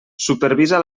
supervisa